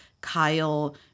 Kyle